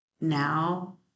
now